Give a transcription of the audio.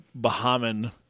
Bahamian